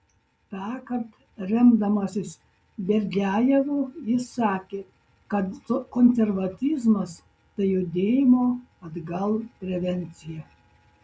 tąkart remdamasis berdiajevu jis sakė kad konservatizmas tai judėjimo atgal prevencija